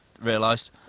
realised